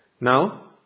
Now